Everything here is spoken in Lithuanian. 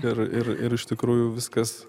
ir ir ir iš tikrųjų viskas